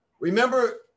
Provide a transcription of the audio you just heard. Remember